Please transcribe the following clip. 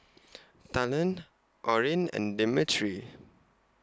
Talan Orrin and Demetri